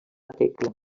tecla